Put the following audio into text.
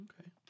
Okay